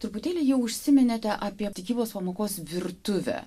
truputėlį jau užsiminėte apie tikybos pamokos virtuvę